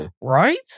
Right